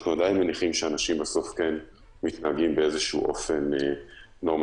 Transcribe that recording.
אנחנו עדיין מניחים שאנשים בסוף כן מתנהגים באופן נורמטיבי.